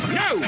no